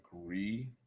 agree